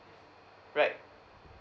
right